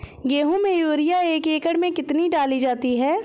गेहूँ में यूरिया एक एकड़ में कितनी डाली जाती है?